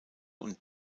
und